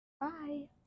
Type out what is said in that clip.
Bye